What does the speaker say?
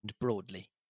broadly